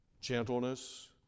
gentleness